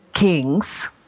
kings